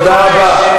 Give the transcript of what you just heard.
תודה רבה.